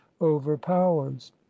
overpowers